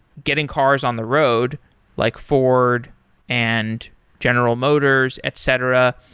getting cars on the road like ford and general motors, etc.